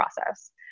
process